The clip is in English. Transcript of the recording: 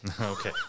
Okay